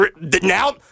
Now